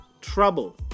trouble